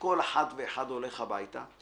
שכל אחד ואחד הולך הביתה,